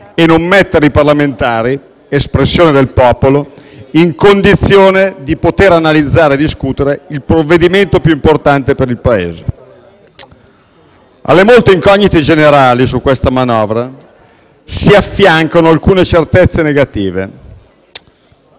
e non mettere i parlamentari, espressione del popolo, in condizioni di poter analizzare e discutere il provvedimento più importante per il Paese. Alle molte incognite generali su questa manovra, si affiancano alcune certezze negative: